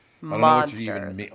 monsters